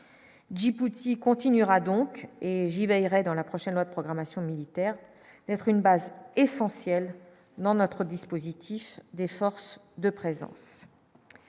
Djibouti continuera donc et j'y veillerai dans la prochaine loi de programmation militaire, être une base essentielle dans notre dispositif des forces de présence,